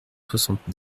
soixante